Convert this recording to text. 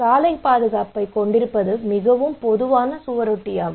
சாலைப் பாதுகாப்பைக் கொண்டிருப்பது மிகவும் பொதுவான சுவரொட்டியாகும்